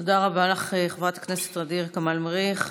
תודה רבה לך, חברת הכנסת ע'דיר כמאל מריח.